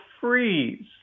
freeze